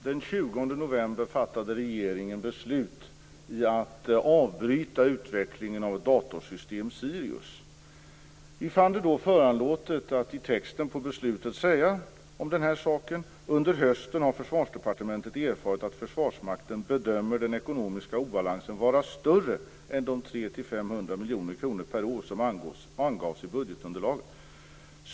Fru talman! Den 20 november fattade regeringen beslut om att avbryta utvecklingen av datorsystemet Sirius. Vi fann det då föranlåtet att i texten till beslutet säga: Under hösten har Försvarsdepartementet erfarit att Försvarsmakten bedömer den ekonomiska obalansen vara större än de 300-500 miljoner kronor per år som angavs i budgetunderlaget.